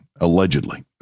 allegedly